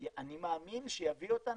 אני מאמין שיביא אותנו,